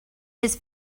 his